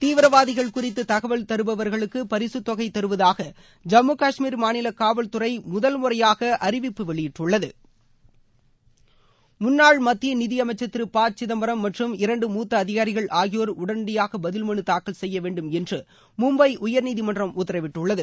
தீவிரவாதிகள் குறித்து தகவல் தருபவர்களுக்கு பரிகத் தொகை தருவதாக ஜம்மு காஷ்மீர் மாநில காவல்துறை முதல் முறையாக அறிவிப்பு வெளியிட்டுள்ளது முன்னாள் மத்திய நிதியமைச்சர் திரு ப சிதம்பரம் மற்றம் இரண்டு முத்த அதிகாரிகள் ஆகியோர் உடனடியாக பதில் மனு தாக்கல் செய்ய வேண்டும் என்று மும்பை உயர்நீதிமன்றம் உத்தரவிட்டுள்ளது